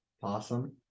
possum